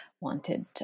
wanted